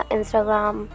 Instagram